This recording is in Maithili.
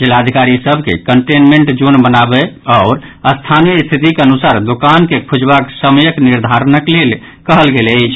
जिलाधिकारी सभ के कंटेनमेंट जोन बनाबय आओर स्थानीय स्थितिक अनुसार दोकान के खुजबाक समयक निर्धारणक लेल कहल गेल अछि